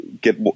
get